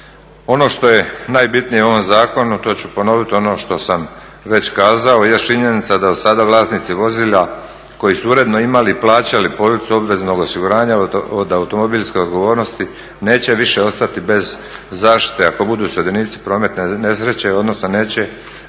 Ono što je najbitnije u ovom zakonu, to ću ponovit ono što sam već kazao, jest činjenica da sada vlasnici vozila koji su uredno imali i plaćali policu obveznog osiguranja od automobilske odgovornosti neće više ostati bez zaštite ako budu sudionici prometne nesreće, odnosno neće